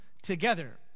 together